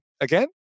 again